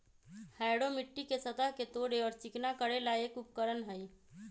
harrow मिट्टी के सतह के तोड़े और चिकना करे ला एक उपकरण हई